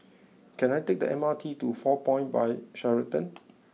can I take the M R T to Four Point by Sheraton